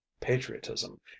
patriotism